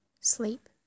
Sleep